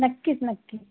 नक्कीच नक्की